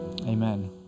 Amen